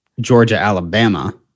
Georgia-Alabama